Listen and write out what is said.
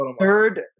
third